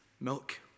milk